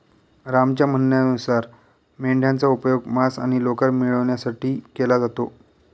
रामच्या म्हणण्यानुसार मेंढयांचा उपयोग मांस आणि लोकर मिळवण्यासाठी केला जातो